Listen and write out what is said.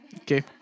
Okay